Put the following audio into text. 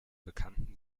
bekannten